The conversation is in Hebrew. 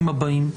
ראשית,